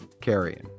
Carrion